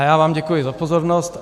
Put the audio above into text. A já vám děkuji za pozornost.